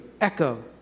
echo